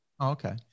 Okay